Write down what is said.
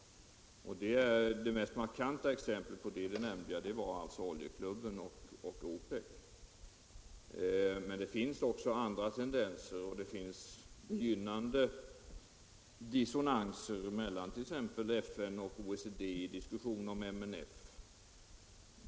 De mest markanta exemplen på det är Oljeklubben och OPEC, men det finns också andra tendenser, och det finns begynnande dissonanser mellan t.ex. FN och OECD i diskussionen om MNF.